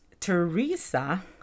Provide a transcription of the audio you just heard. Teresa